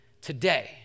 today